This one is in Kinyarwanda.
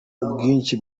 ubwinshi